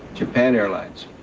japan airlines.